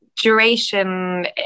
duration